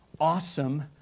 awesome